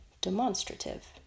demonstrative